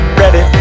ready